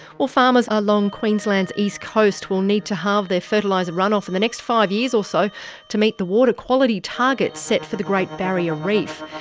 well, farmers along queensland's east coast will need to halve their fertiliser run-off in the next five years or so to meet the water quality targets set for the great barrier reef.